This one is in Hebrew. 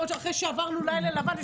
עוד אחרי שאנחנו עוברים לילה לבן?